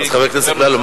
אז חבר הכנסת אפללו,